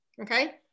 okay